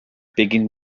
beginnt